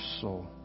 soul